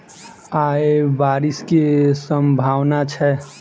आय बारिश केँ सम्भावना छै?